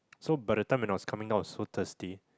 so by the time when I was coming down I was so thirsty